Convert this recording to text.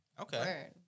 Okay